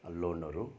लोनहरू